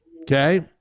okay